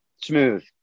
smooth